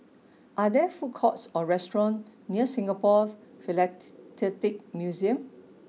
are there food courts or restaurant near Singapore Philatelic Museum